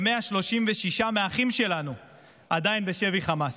ו-136 מהאחים שלנו עדיין בשבי חמאס.